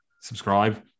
subscribe